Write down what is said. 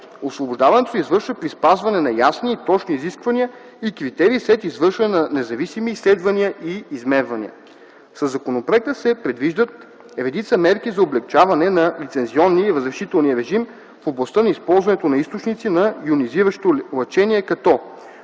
Освобождаването се извършва при спазване на ясни и точни изисквания и критерии след извършване на независими изследвания и измервания. Със законопроекта се предвиждат редица мерки за облекчаване на лицензионния и разрешителния режим в областта на използването на източници на йонизиращо лъчение, като: